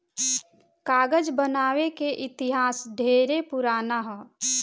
कागज बनावे के इतिहास ढेरे पुरान ह